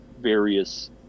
various